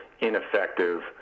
ineffective